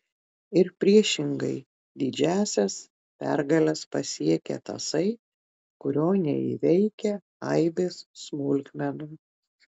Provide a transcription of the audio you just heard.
ir priešingai didžiąsias pergales pasiekia tasai kurio neįveikia aibės smulkmenų